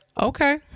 okay